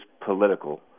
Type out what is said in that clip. political